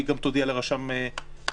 והיא גם תודיע לרשם החברות.